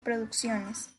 producciones